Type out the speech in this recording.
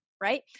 Right